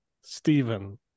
Stephen